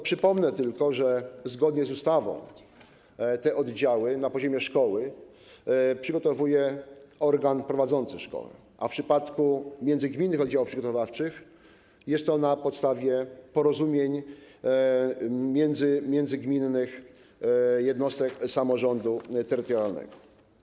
Przypomnę tylko, że zgodnie z ustawą te oddziały na poziomie szkoły przygotowuje organ prowadzący szkołę, a w przypadku międzygminnych oddziałów przygotowawczych jest to na podstawie porozumień międzygminnych jednostek samorządu terytorialnego.